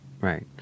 right